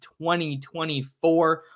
2024